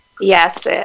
Yes